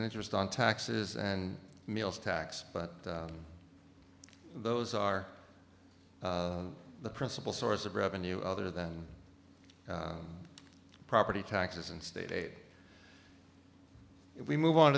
and interest on taxes and meals tax but those are the principal source of revenue other than property taxes and state if we move on